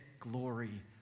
Glory